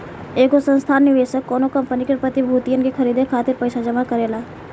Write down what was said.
एगो संस्थागत निवेशक कौनो कंपनी के प्रतिभूतियन के खरीदे खातिर पईसा जमा करेला